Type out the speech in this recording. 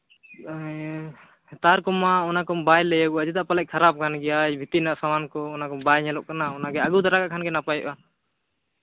ᱛᱟᱨ ᱠᱚᱢᱟ ᱚᱱᱟ ᱠᱚ ᱵᱟᱭ ᱞᱟᱹᱭᱟᱜᱚᱜᱼᱟ ᱪᱮᱫᱟᱜ ᱯᱟᱞᱮᱫ ᱠᱷᱟᱨᱟᱯ ᱠᱟᱱ ᱜᱮᱭᱟ ᱵᱷᱤᱛᱤᱨ ᱨᱮᱱᱟᱜ ᱥᱟᱢᱟᱱ ᱠᱚ ᱚᱱᱟ ᱠᱚ ᱵᱟᱭ ᱧᱮᱞᱚᱜ ᱠᱟᱱᱟ ᱚᱱᱟᱜᱮ ᱟᱹᱜᱩ ᱫᱟᱨᱟ ᱠᱟᱜ ᱠᱷᱟᱜ ᱜᱮ ᱱᱟᱯᱟᱭᱚᱜᱼᱟ